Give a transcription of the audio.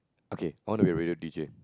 okay I want to be radio D_J